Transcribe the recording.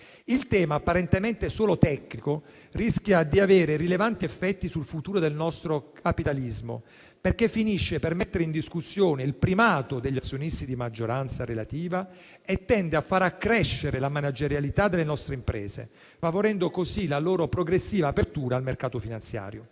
Il tema, apparentemente solo tecnico, rischia di avere rilevanti effetti sul futuro del nostro capitalismo, perché finisce per mettere in discussione il primato degli azionisti di maggioranza relativa e tende a far accrescere la managerialità delle nostre imprese, favorendo così la loro progressiva apertura al mercato finanziario.